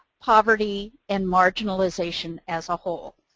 poverty, and marginalization as a whole.